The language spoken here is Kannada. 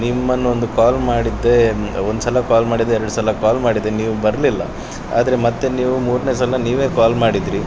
ನಿಮ್ಮನ್ನೊಂದು ಕಾಲ್ ಮಾಡಿದ್ದೆ ಒಂದ್ಸಲ ಕಾಲ್ ಮಾಡಿದ್ದೆ ಎರಡು ಸಲ ಕಾಲ್ ಮಾಡಿದ್ದೆ ನೀವು ಬರಲಿಲ್ಲ ಆದರೆ ಮತ್ತೆ ನೀವು ಮೂರನೇ ಸಲ ನೀವೇ ಕಾಲ್ ಮಾಡಿದ್ರಿ